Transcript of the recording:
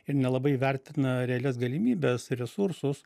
ir nelabai įvertina realias galimybes resursus